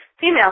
female